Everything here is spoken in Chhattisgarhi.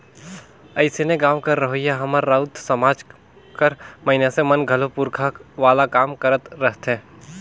अइसने गाँव कर रहोइया हमर राउत समाज कर मइनसे मन घलो पूरखा वाला काम करत रहथें